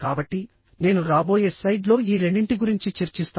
కాబట్టి నేను రాబోయే స్లైడ్లో ఈ రెండింటి గురించి చర్చిస్తాను